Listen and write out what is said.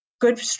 good